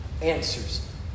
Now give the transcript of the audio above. answers